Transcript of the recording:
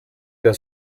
der